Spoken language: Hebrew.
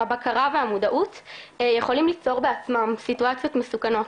הבקרה והמודעות יכולים ליצור בעצמם סיטואציות מסוכנות.